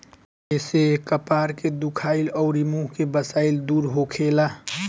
एसे कपार के दुखाइल अउरी मुंह के बसाइल दूर होखेला